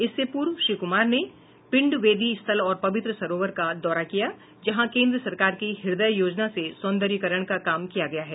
इससे पूर्व श्री कुमार ने पिंडवेदी स्थल और पवित्र सरोवर का दौरा किया जहां केन्द्र सरकार की हृदय योजना से सौंदर्यीकरण का काम किया गया है